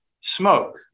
smoke